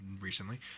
Recently